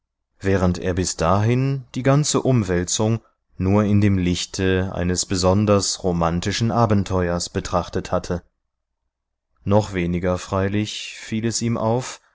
während er bis dahin die ganze umwälzung nur in dem lichte eines besonders romantischen abenteuers betrachtet hatte noch weniger freilich fiel es ihm auf